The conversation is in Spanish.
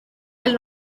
del